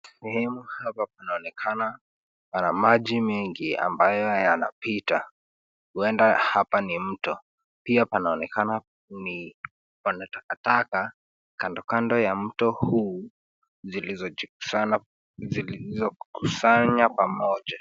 Sehemu hapa kunaonekana pana maji mengi ambayo yanapita, huenda hapa ni mto. Pia panaonekana ni pana takataka kando kando ya mto huu, zilizokusanywa pamoja.